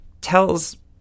tells